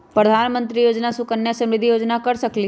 प्रधानमंत्री योजना सुकन्या समृद्धि योजना कर सकलीहल?